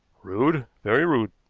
rude, very rude,